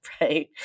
right